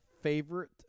Favorite